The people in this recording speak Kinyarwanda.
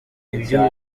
ibyo